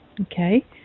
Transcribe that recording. Okay